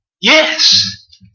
yes